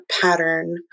pattern